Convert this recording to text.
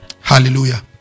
Hallelujah